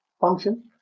function